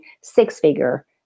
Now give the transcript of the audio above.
six-figure